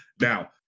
Now